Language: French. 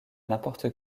n’importe